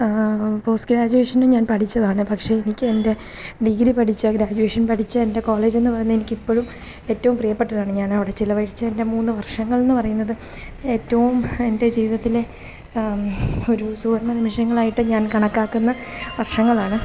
post ഗ്രാജ്വേഷനും ഞാൻ പഠിച്ചതാണ് പക്ഷേ എനിക്ക് എൻ്റെ ഡിഗ്രി പഠിച്ച ഗ്രാജ്വേഷൻ പഠിച്ച എൻ്റെ കോളേജെന്നു പറയുന്നത് എനിക്കിപ്പോഴും ഏറ്റവും പ്രിയ്യപ്പെട്ടതാണ് ഞാനവിടെ ചിലവഴിച്ച എൻ്റെ മൂന്നു വർഷങ്ങളെന്നു പറയുന്നത് ഏറ്റവും എൻ്റെ ജീവിതത്തിലെ ഒരു സുവർണ്ണ നിമിഷങ്ങളായിട്ടു ഞാൻ കണക്കാക്കുന്ന വർഷങ്ങളാണ്